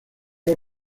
los